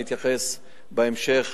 אני אתייחס בהמשך,